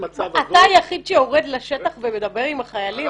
אתה היחיד שיורד לשטח ומדבר עם החיילים?